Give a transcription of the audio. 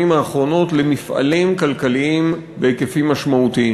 האחרונות למפעלים כלכליים בהיקפים משמעותיים,